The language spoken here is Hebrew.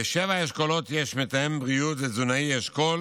בשבעה אשכולות יש מתאם בריאות ותזונאי אשכול